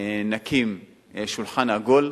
נקים שולחן עגול,